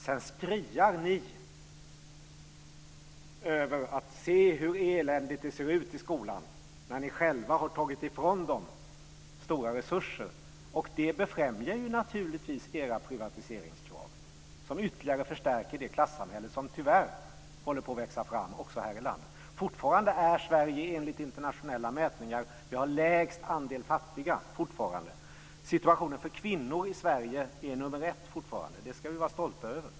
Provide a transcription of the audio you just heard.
Sedan skriar ni över eländet i skolan, när ni själva har tagit ifrån skolan stora resurser. Det befrämjar naturligtvis era privatiseringskrav, som ytterligare förstärker det klassamhälle som tyvärr håller på att växa fram också här i landet. Fortfarande har Sverige enligt internationella mätningar lägst andel fattiga. Situationen för kvinnor i Sverige är fortfarande nr 1 i mätningarna. Det ska vi vara stolta över.